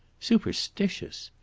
superstitious!